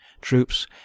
Troops